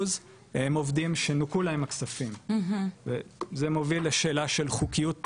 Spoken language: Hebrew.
וזה מוביל לשאלה של חוקיות שהייה ואיחור ביציאה מהארץ,